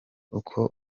uko